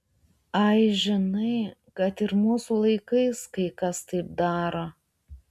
ai žinai kad ir mūsų laikais kai kas taip daro